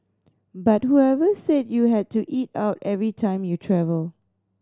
but whoever said you had to eat out every time you travel